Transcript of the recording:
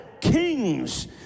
Kings